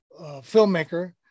filmmaker